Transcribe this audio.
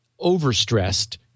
overstressed